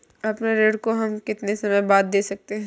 अपने ऋण को हम कितने समय बाद दे सकते हैं?